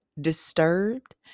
disturbed